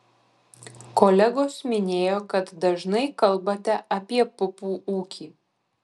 kolegos minėjo kad dažnai kalbate apie pupų ūkį